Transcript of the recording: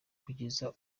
kugeza